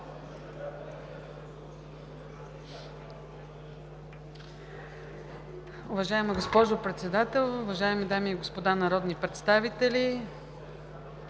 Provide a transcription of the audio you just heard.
Уважаеми господин Председател, уважаеми дами и господа народни представители!